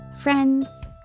Friends